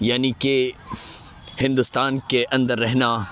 یعنی کہ ہندوستان کے اندر رہنا